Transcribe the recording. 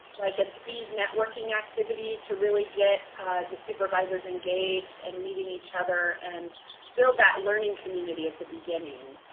like a speed networking activity to really get the supervisors engaged and meeting each other, and build that learning community at the beginning.